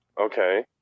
okay